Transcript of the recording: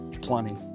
plenty